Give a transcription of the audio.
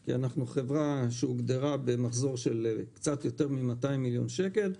כי אנחנו חברה שהוגדרה במחזור של קצת יותר מ-200 מיליון שקל,